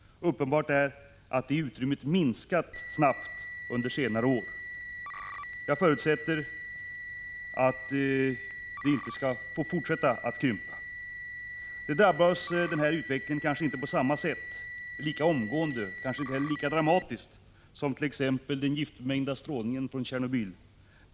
Uppenbart är att det utrymmet minskat snabbt under senare år. Jag förutsätter att det inte får fortsätta att krympa. Det drabbar oss inte på samma sätt, inte lika omgående och inte lika dramatiskt som t.ex. den giftbemängda strålningen från Tjernobyl.